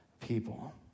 people